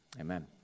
amen